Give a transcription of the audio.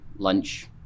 Lunch